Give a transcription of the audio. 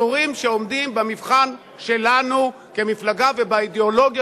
אזורים שעומדים במבחן שלנו כמפלגה ובאידיאולוגיה